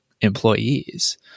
employees